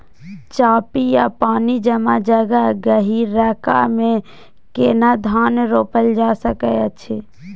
चापि या पानी जमा जगह, गहिरका मे केना धान रोपल जा सकै अछि?